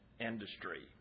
industry